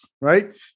right